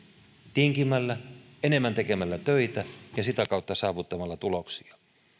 tinkimällä tekemällä enemmän töitä ja sitä kautta saavuttamalla tuloksia